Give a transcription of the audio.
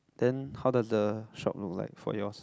then how does the shop look like for yours